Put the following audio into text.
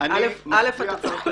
10:00 וגם כי זמנך תם.